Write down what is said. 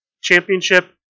championship